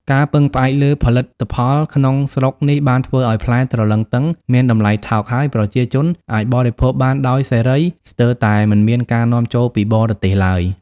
ការពឹងផ្អែកលើផលិតផលក្នុងស្រុកនេះបានធ្វើឲ្យផ្លែទ្រលឹងទឹងមានតម្លៃថោក ហើយប្រជាជនអាចបរិភោគបានដោយសេរី ស្ទើរតែមិនមានការនាំចូលពីបរទេសឡើយ។